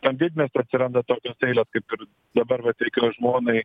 tam didmiesty atsiranda tokios eilės kaip ir dabar vat reikėjo žmonai